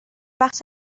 وقت